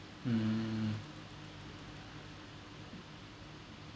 mm